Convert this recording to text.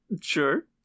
Sure